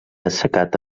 assecat